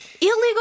illegal